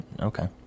Okay